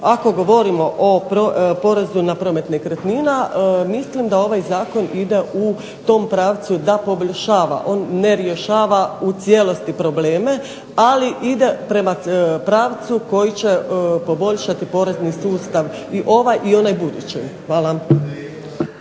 ako govorimo o porezu na promet nekretnina, mislim da ovaj Zakon ide u pravcu da poboljšava, on ne rješava u cijelosti probleme ali ide prema pravcu koji će poboljšati porezni sustav i ovaj i onaj budući.